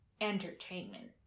entertainment